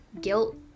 guilt